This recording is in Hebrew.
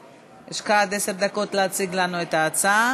יש לך עד עשר דקות להציג לנו את ההצעה.